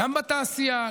גם בתעשייה,